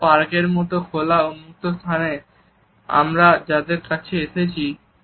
আবার পার্কের মতন খোলা উন্মুক্ত স্থানে আমরা যাদের কাছে এসেছি